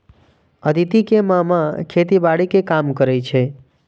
अदिति के मामा खेतीबाड़ी के काम करै छै